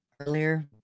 earlier